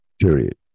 Period